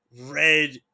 red